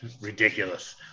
Ridiculous